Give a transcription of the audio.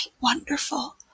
wonderful